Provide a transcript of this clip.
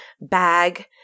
bag